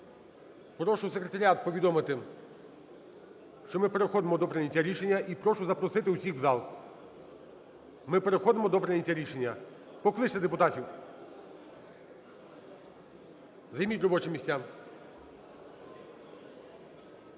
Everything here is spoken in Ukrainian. Прошу Секретаріат повідомити, що ми переходимо до прийняття рішення і прошу запросити всіх в зал. Ми переходимо до прийняття рішення. Покличте депутатів. Займіть робочі місця.